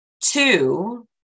Two